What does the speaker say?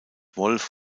wolf